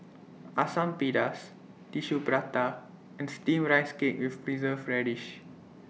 Asam Pedas Tissue Prata and Steamed Rice Cake with Preserved Radish